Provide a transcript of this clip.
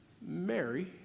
Mary